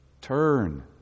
Turn